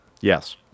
Yes